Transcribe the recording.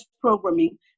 programming